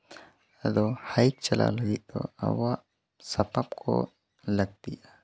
ᱟᱫᱚ ᱦᱟᱭᱤᱠ ᱪᱟᱞᱟᱣ ᱞᱟᱹᱜᱤᱫ ᱫᱚ ᱟᱵᱚᱣᱟᱜ ᱥᱟᱯᱟᱯ ᱠᱚ ᱞᱟᱹᱠᱛᱤᱜᱼᱟ